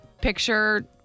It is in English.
picture